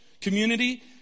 community